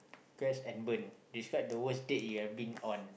quest and burn describe the worst day you have been on